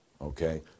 okay